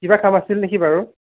কিবা কাম আছিল নেকি বাৰু